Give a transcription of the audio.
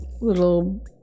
little